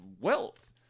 wealth